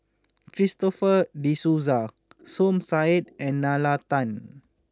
Christopher De Souza Som Said and Nalla Tan